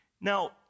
Now